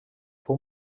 fou